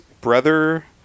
brother